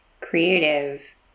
creative